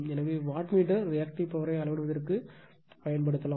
எனவே wattmeter reactive பவர்யை அளவிடுவதற்குப் பயன்படுத்தலாம்